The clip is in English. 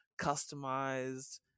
customized